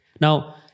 Now